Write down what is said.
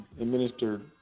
Administered